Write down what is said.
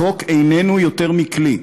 החוק איננו יותר מכלי.